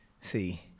See